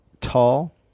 tall